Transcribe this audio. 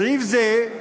בסעיף זה,